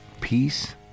peace